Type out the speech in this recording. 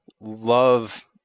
love